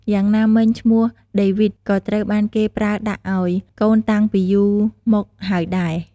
យ៉ាងណាមិញឈ្មោះដេវីដ (David) ក៏ត្រូវបានគេប្រើដាក់អោយកូនតាំងពីយូរមកហើយដែរ។